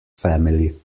family